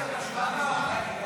התשפ"ה 2024,